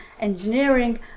engineering